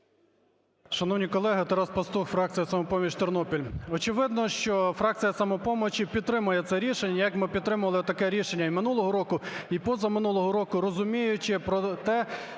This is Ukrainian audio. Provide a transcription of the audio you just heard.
Шановні колеги! Тарас Пастух, фракція "Самопоміч", Тернопіль. Очевидно, що фракція "Самопомочі" підтримає це рішення, як ми підтримували таке рішення і минулого року, і позаминулого року. Розуміючи те,